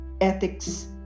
ethics